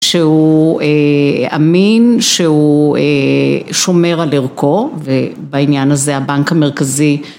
שהוא אמין שהוא שומר על ערכו ובעניין הזה הבנק המרכזי